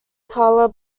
color